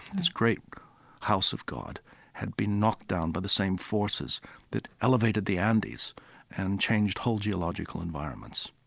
this great house of god had been knocked down by the same forces that elevated the andes and changed whole geological environments.